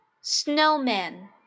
Snowman